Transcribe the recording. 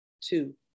Two